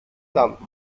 dampft